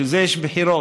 בשביל זה יש בחירות.